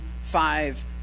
five